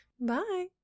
bye